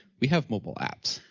we have mobile apps,